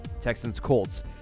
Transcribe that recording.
Texans-Colts